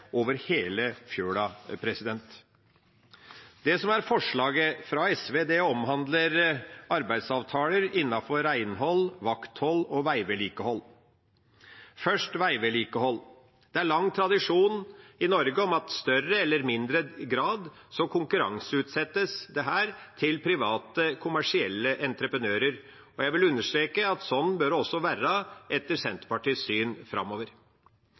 over hele fjøla. Forslaget fra SV omhandler arbeidsavtaler innen renhold, vakthold og veivedlikehold. Først veivedlikehold: Det er i Norge lang tradisjon for at dette i større eller mindre grad konkurranseutsettes til private kommersielle entreprenører. Jeg vil understreke at sånn bør det etter Senterpartiets syn også være framover.